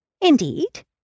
Indeed